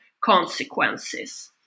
consequences